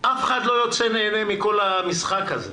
אף אחד לא יוצא נהנה מכל המשחק הזה.